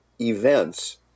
events